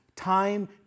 Time